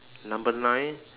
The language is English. number nine